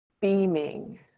beaming